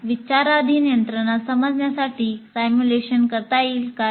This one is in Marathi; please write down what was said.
'विचाराधीन यंत्रणा समजण्यासाठी सिमुलेशन करता येईल काय